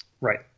right